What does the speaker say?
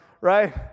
right